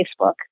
Facebook